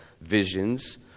visions